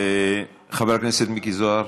חבר הכנסת מיקי זוהר,